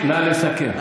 נא לסכם.